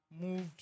moved